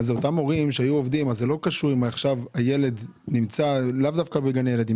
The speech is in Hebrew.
והילד לא נמצא בגן הילדים.